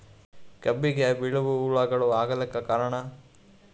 ಕಬ್ಬಿಗ ಬಿಳಿವು ಹುಳಾಗಳು ಆಗಲಕ್ಕ ಕಾರಣ?